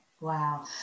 Wow